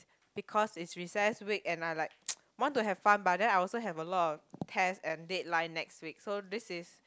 because it's recess week and I like want to have fun but then I also have a lot of test and deadline next week so this is